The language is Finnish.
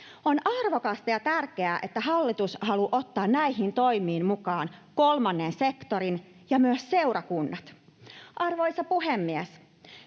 On arvokasta ja tärkeää, että hallitus haluaa ottaa näihin toimiin mukaan kolmannen sektorin ja myös seurakunnat. Arvoisa puhemies!